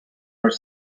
are